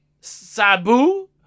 Sabu